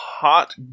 hot